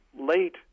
late